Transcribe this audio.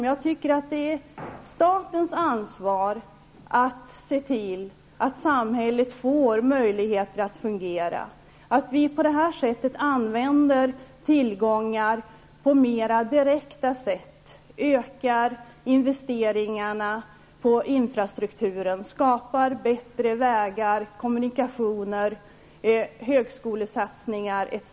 Jag tycker att det är statens ansvar att se till att samhället får möjligheter att fungera, och på detta sätt använder vi tillgångar mer direkt. Vi ökar investeringarna i infrastrukturen, skapar bättre vägar och kommunikationer, satsar på högskolorna etc.